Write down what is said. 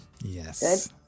Yes